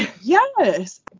Yes